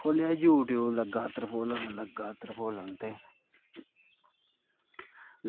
खोह्लेआ यूटयूब लग्गा तरफोनल लग्गा तरफोलन ते